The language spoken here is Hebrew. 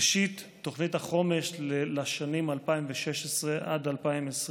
ראשית, תוכנית החומש לשנים 2016 עד 2020,